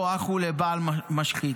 בִמְלַאכְתּוֹ אָח הוּא לְבַעַל מַשְׁחִית".